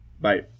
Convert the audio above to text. Bye